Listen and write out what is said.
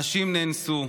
הנשים נאנסו,